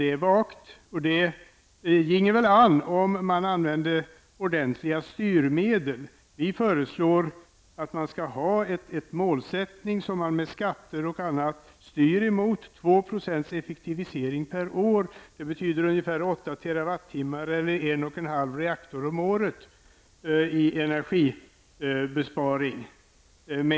Det är vagt, men det ginge väl an om man använde ordentliga styrmedel. Vi föreslår att vi skall ha ett mål som man styr emot med hjälp av skatter och annat. En tvåprocentig effektivisering per år betyder ungefär 8 terawattimmar, dvs. en och en halv reaktor om året i energibesparing.